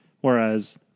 Whereas